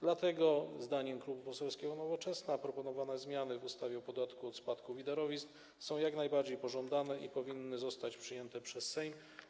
Dlatego zdaniem Klubu Poselskiego Nowoczesna proponowane zmiany w ustawie o podatku od spadków i darowizn są jak najbardziej pożądane i powinny zostać przyjęte przez Sejm.